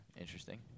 interesting